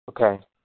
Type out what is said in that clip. Okay